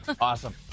Awesome